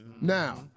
Now